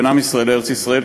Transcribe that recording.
בין עם ישראל לארץ-ישראל,